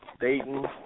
Dayton